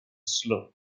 slow